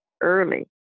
early